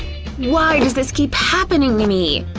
why does this keep happening to me?